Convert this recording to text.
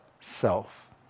self